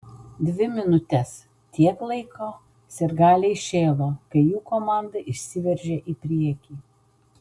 dvi minutes tiek laiko sirgaliai šėlo kai jų komanda išsiveržė į priekį